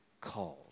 called